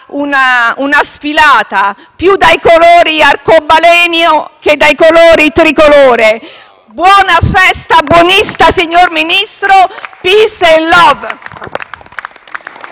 una sfilata, più dai colori arcobaleno che dai colori del Tricolore. Buona festa buonista, signor Ministro. *Peace and love*!